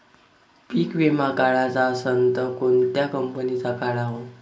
पीक विमा काढाचा असन त कोनत्या कंपनीचा काढाव?